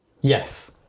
Yes